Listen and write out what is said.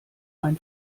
ein